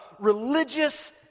religious